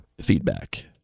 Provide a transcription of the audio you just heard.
feedback